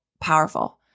powerful